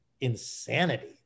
insanity